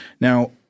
Now